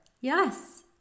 Yes